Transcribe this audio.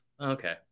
Okay